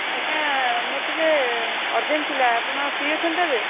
ଆଜ୍ଞା ମୋର ଟିକିଏ ଅର୍ଜେଣ୍ଟ ଥିଲା ଆପଣ ଫ୍ରି ଅଛନ୍ତି ତ ଏବେ